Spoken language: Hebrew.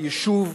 ביישוב.